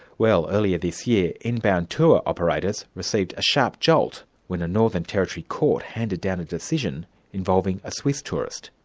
well earlier this year, inbound tour operators received a sharp jolt when a northern territory court handed down a decision involving a swiss tourist.